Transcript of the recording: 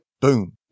boom